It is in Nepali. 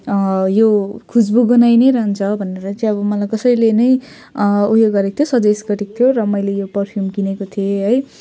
यो खुस्बु गन्हाइनै रहन्छ भनेर चाहिँ अब मलाई कसैले नै उयो गरेको थियो सजेस्ट गरेको थियो र मैले यो परफ्युम किनेको थिएँ है